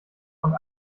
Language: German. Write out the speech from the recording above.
und